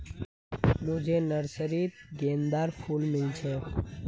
मुझे नर्सरी त गेंदार फूल मिल छे